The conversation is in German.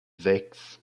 sechs